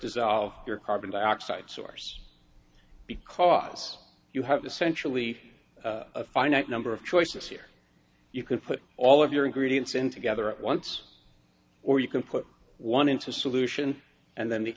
dissolve your carbon dioxide source because you have essentially a finite number of choices here you could put all of your ingredients in together at once or you can put one into solution and then the